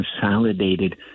consolidated